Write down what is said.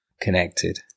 Connected